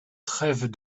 trève